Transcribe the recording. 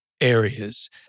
areas